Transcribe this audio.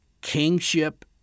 kingship